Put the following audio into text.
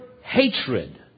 hatred